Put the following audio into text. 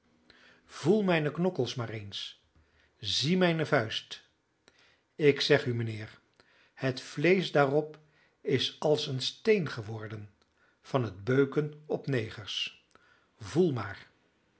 voel mijne knokkels maar eens zie mijne vuist ik zeg u mijnheer het vleesch daarop is als een steen geworden van het beuken op negers voel maar